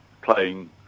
playing